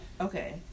okay